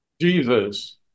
Jesus